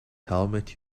helmet